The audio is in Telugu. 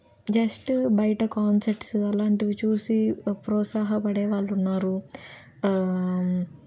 జస్ట్ బయట కొన్సర్ట్స్ అలాంటివి చూసి ప్రోత్సాహపడే వాళ్ళున్నారు